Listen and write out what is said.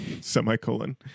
semicolon